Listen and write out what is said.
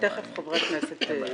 תכף חברי הכנסת יתייחסו.